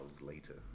later